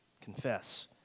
Confess